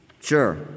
Sure